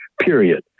period